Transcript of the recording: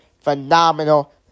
phenomenal